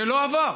זה לא עבר.